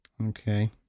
Okay